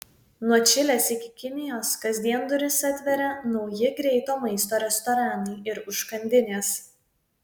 nuo čilės iki kinijos kasdien duris atveria nauji greito maisto restoranai ir užkandinės